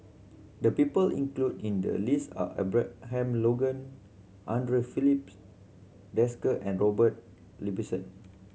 the people included in the list are Abraham Logan Andre Philips Desker and Robert Ibbetson